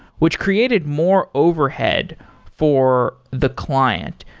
which created more overhead for the client.